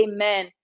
Amen